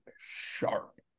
sharp